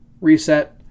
reset